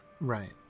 Right